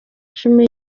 cumi